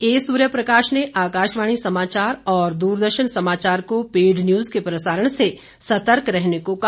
ए सूर्यप्रकाश ने आकाशवाणी समाचार और दूरदर्शन समाचार को पेड न्यूज के प्रसारण से सतर्क रहने को कहा